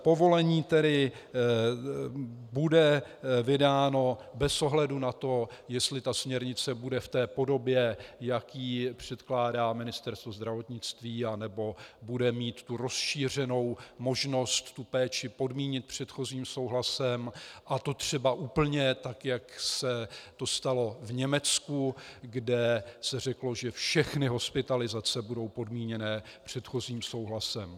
Povolení bude vydáno bez ohledu na to, jestli směrnice bude v té podobě, jak ji předkládá Ministerstvo zdravotnictví, anebo bude mít rozšířenou možnost péči podmínit předchozím souhlasem, a to třeba úplně tak, jak se to stalo v Německu, kde se řeklo, že všechny hospitalizace budou podmíněné předchozím souhlasem.